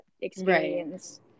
experience